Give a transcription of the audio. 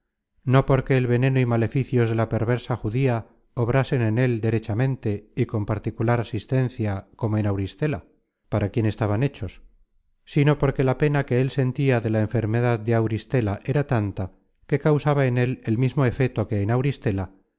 no porque el veneno y maleficios de la perversa judía obrasen en él derechamente y con particular asistencia como en auristela para quien estaban hechos sino porque la pena que él sentia de la enfermedad de auristela era tanta que causaba en el el mismo efeto que